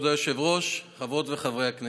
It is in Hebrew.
כבוד היושב-ראש, חברות וחברי הכנסת,